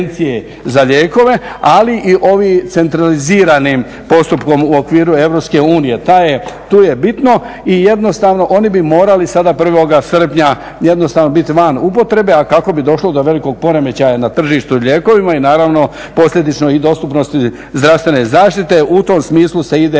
za lijekove, ali i ovim centraliziranim postupkom u okviru EU, tu je bitno i jednostavno bi oni morali 1.sprnja bili van upotrebe, a kako bi došlo do velikog poremećaja na tržištu lijekovima i naravno posljedično i dostupnosti zdravstvene zaštite u tom smislu se ide